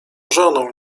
żoną